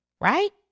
right